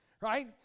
Right